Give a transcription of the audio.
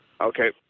Okay